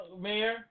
mayor